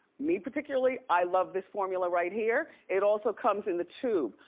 me particularly, i love this formula right here. it also comes in the tube.